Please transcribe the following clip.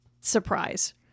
surprise